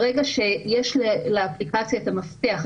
ברגע שיש לאפליקציה את המפתח,